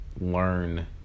learn